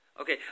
Okay